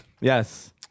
Yes